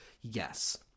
yes